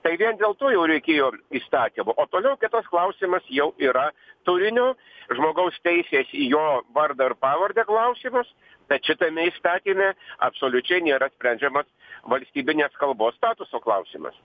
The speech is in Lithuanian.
tai vien dėl to jau reikėjo įstatymo o toliau kitas klausimas jau yra turinio žmogaus teisės į jo vardą ir pavardę klausimas bet šitame įstatyme absoliučiai nėra sprendžiamas valstybinės kalbos statuso klausimas